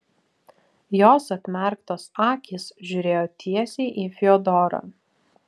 jos atmerktos akys žiūrėjo tiesiai į fiodorą